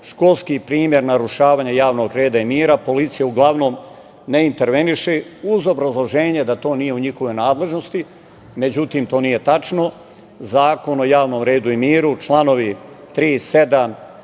školski primer narušavanja javnog reda i mira, policija uglavnom ne interveniše, uz obrazloženje da to nije u njihovoj nadležnosti.Međutim, to nije tačno, Zakon o javnom redu i miru, članovi 3, 7,